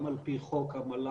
גם על פי חוק המל"ג,